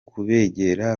kubegera